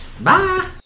Bye